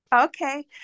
Okay